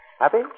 Happy